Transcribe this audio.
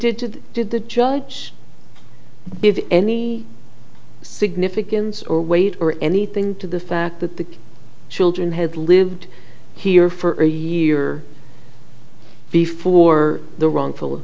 did did the judge give any significance or weight or anything to the fact that the children had lived here for a year before the wrongful